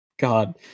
God